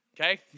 Okay